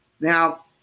now